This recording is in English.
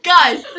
Guys